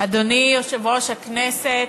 אדוני יושב-ראש הישיבה,